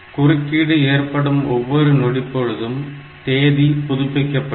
குறுக்கீடு ஏற்படும் ஒவ்வொரு நொடிப்பொழுதும் தேதி புதுப்பிக்கப்படும்